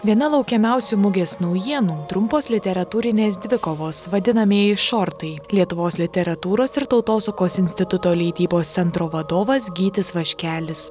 viena laukiamiausių mugės naujienų trumpos literatūrinės dvikovos vadinamieji šortai lietuvos literatūros ir tautosakos instituto leidybos centro vadovas gytis vaškelis